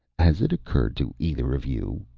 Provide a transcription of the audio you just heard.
has it occurred to either of you,